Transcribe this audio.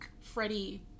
Freddie